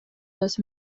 los